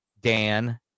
Dan